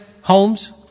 Holmes